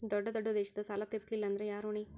ದೊಡ್ಡ ದೊಡ್ಡ ದೇಶದ ಸಾಲಾ ತೇರಸ್ಲಿಲ್ಲಾಂದ್ರ ಯಾರ ಹೊಣಿ?